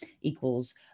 equals